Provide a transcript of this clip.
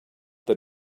that